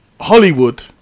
Hollywood